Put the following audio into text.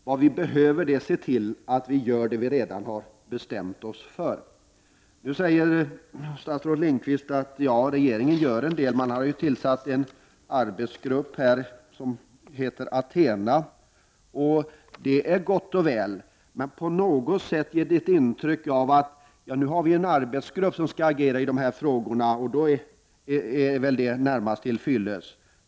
Vad vi behöver göra är att se till att det vi redan har bestämt oss för blir gjort. Statsrådet Lindqvist säger nu att regeringen gör en del. Man har ju tillsatt en arbetsgrupp som heter Athena. Det är gott och väl. Men det ger ett intryck av att man menar: Nu har vi en arbetsgrupp som skall agera i dessa frågor, och då är väl det närmast till fyllest.